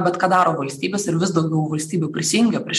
bet ką daro valstybės ir vis daugiau valstybių prisijungė prie